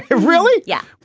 ah really? yeah.